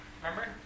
Remember